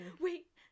wait